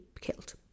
killed